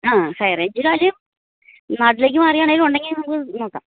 അഹ് high range നാട്ടിലേക്ക് മാറിയാണെങ്കിലും ഉണ്ടെങ്കിൽ നമ്മൾക്ക് നോക്കാം